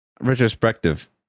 Retrospective